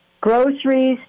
groceries